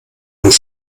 und